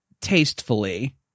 tastefully